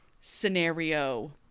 scenario